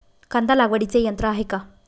कांदा लागवडीचे यंत्र आहे का?